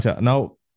Now